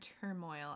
turmoil